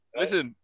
listen